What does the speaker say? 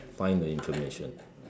find the information